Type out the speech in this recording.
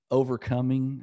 overcoming